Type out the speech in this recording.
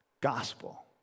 gospel